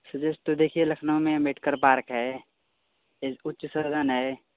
तो देखिए लखनऊ में अंबेडकर पार्क है ये उच्च सदन है